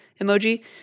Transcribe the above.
emoji